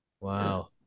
Wow